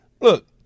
Look